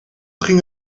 ging